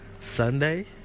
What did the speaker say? Sunday